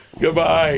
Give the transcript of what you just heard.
Goodbye